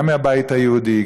גם מהבית היהודי,